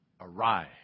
arise